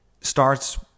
starts